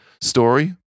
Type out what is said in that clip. story